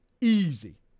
Easy